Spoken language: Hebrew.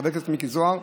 חבר הכנסת מיקי זוהר,